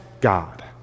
God